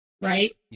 right